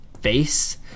face